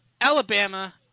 Alabama